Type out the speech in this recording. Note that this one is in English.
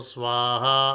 Swaha